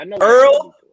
Earl